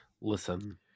listen